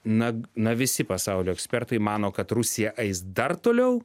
na na visi pasaulio ekspertai mano kad rusija eis dar toliau